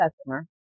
customer